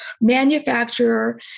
manufacturer